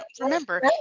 remember